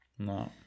No